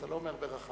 אתה לא אומר "ברחמים",